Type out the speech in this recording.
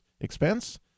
expense